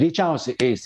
greičiausiai eis